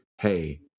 Hey